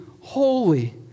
holy